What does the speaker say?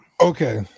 Okay